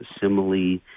simile